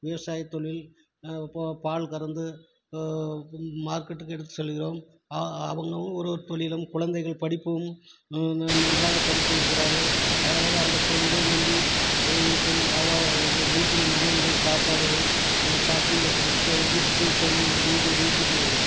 விவசாயத் தொழில் இப்போது பால் கறந்து மார்க்கெட்டுக்கு எடுத்து செல்கிறோம் ஆ அவுங்கவங்க ஒவ்வொரு தொழிலும் குழந்தைகள் படிப்பும் நன்றாக படித்திருக்கிறார்கள் அதனால் அந்த தொழிலை நம்பி இருக்கும் தாவா வீட்டில் மனைவிகள் சாப்பிடவும் நம்ம பசங்களுக்கு பிஸ்க வீட்டுக்கு சொல்லி வீடு வீட்டுக்கு